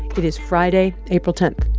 it is friday, april ten